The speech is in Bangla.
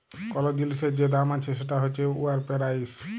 কল জিলিসের যে দাম আছে সেট হছে উয়ার পেরাইস